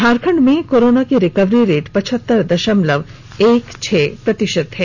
झारखंड में कोरोना की recovery rate पचहत्तर दशमलव एक छह प्रतिशत है